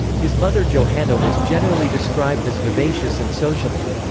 his mother johanna was generally described as vivacious and sociable.